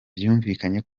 byumvikane